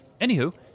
Anywho